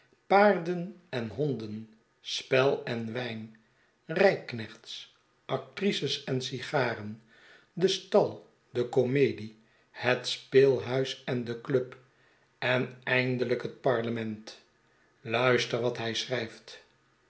paarden en honden spel en wijn rijknechts actrices en sigaren de stal de komedie het speelhuis en de club en eindelijk het parlement luister wat hij schrijft